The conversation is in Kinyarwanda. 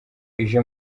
ije